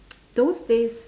those days